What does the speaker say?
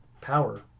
power